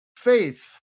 Faith